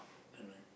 correct